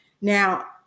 now